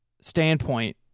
standpoint